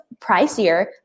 pricier